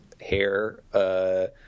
hair